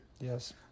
Yes